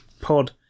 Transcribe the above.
pod